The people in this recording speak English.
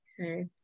Okay